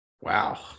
wow